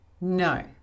No